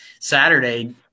Saturday